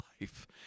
life